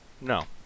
No